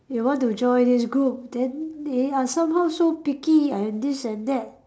you want to join this group then they are somehow so picky and this and that